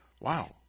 Wow